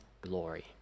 glory